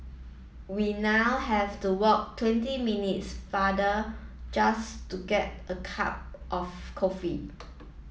we now have to walk twenty minutes farther just to get a cup of coffee